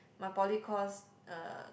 my poly course uh